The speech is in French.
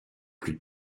plus